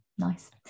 nice